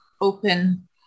open